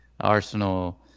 Arsenal